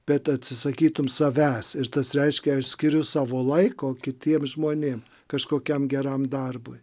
bet atsisakytum savęs ir tas reiškia aš skiriu savo laiko kitiems žmonėm kažkokiam geram darbui